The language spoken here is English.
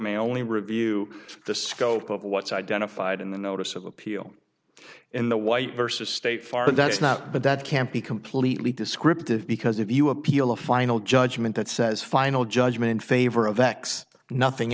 may only review the scope of what's identified in the notice of appeal in the white versus state farm and that's not but that can't be completely descriptive because if you appeal a final judgment that says final judgment in favor of x nothing